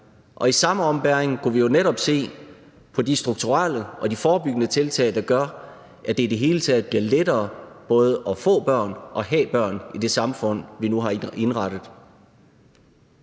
og i samme ombæring kunne vi jo netop se på de strukturelle og de forebyggende tiltag, der gør, at det i hele taget bliver lettere både at få børn og have børn i det samfund, vi nu har indrettet.